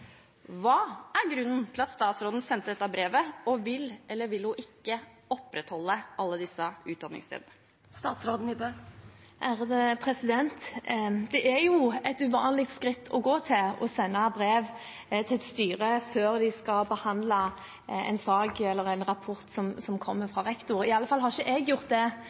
Hva er grunnen til at statsråden sendte dette brevet? Og vil hun – eller vil hun ikke – opprettholde alle disse utdanningsstedene? Det er jo et uvanlig skritt å gå til, å sende brev til et styre før de skal behandle en sak eller en rapport som kommer fra rektor. I alle fall har ikke jeg gjort det